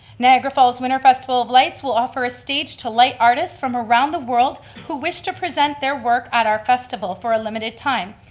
niagara falls winter festival of lights will offer a stage to light artists from around the world, who wish to present their work at our festival for a limited time.